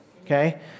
okay